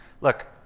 look